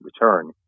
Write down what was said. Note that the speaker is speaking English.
return